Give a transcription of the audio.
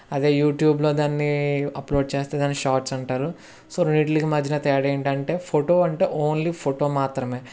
అదే యూట్యూబ్లో దాన్ని అప్లోడ్ చేస్తే దాన్ని షార్ట్స్ అంటారు సో రెండిటికీ మధ్య తేడా ఏంటి అంటే ఫోటో అంటే ఓన్లీ ఫోటో మాత్రమే